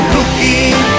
Looking